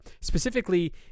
Specifically